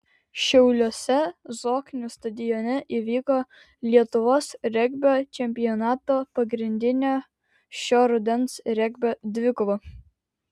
šiauliuose zoknių stadione įvyko lietuvos regbio čempionato pagrindinė šio rudens regbio dvikova